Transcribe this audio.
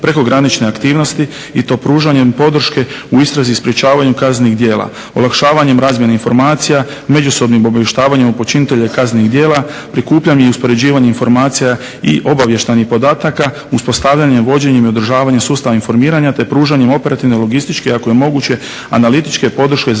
prekogranične aktivnosti i to pružanje podrške u istrazi i sprečavanju kaznenih djela, olakšavanjem razmjene informacija, međusobnim obavještavanjem o počiniteljima kaznenih djela, prikupljanje i uspoređivanje informacija i obavještajnih podataka, uspostavljanjem i vođenjem i održavanjem sustava informiranja, te pružanjem operativne logističke i ako je moguće analitičke podrške